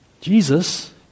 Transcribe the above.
Jesus